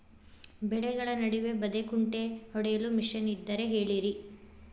ಬೆಳೆಗಳ ನಡುವೆ ಬದೆಕುಂಟೆ ಹೊಡೆಯಲು ಮಿಷನ್ ಇದ್ದರೆ ಹೇಳಿರಿ